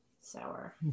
sour